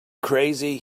crazy